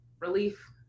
relief